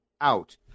out